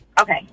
okay